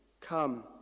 Come